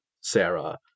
Sarah